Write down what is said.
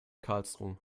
karlsruhe